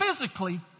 physically